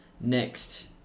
Next